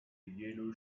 yellow